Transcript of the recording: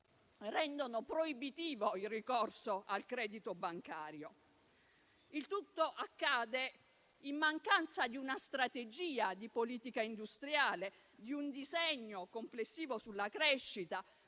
rendono proibitivo il ricorso al credito bancario. Il tutto accade in mancanza di una strategia di politica industriale e di un disegno complessivo sulla crescita,